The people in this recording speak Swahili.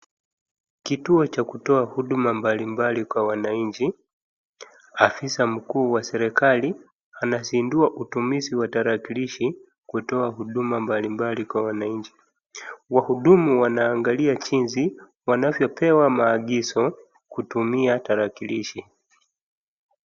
Kituo cha kutoa huduma mbali mbali kwa wananchi, afisa mkuu wa serikali anasindua utumizi wa tarakilishi kutoa huduma mbali mbali kwa wananchi. Wahudumu waangalia jinsi wanavyopewa maagizo kutumia tarakilishi.